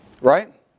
Right